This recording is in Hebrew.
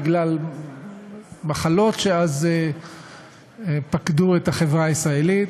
בגלל מחלות שאז פקדו את החברה הישראלית.